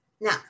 Now